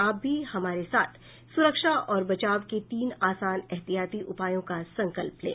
आप भी हमारे साथ सुरक्षा और बचाव के तीन आसान एहतियाती उपायों का संकल्प लें